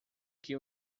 que